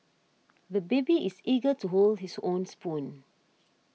the baby is eager to hold his own spoon